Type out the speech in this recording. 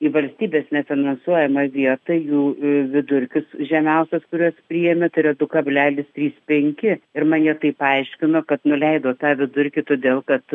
į valstybės nefinansuojamą vietą jų vidurkis žemiausias kuriuos priėmė tai yra du kablelis trys penki ir man jie tai paaiškino kad nuleido tą vidurkį todėl kad